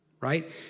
right